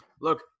Look